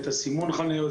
את סימון החניות,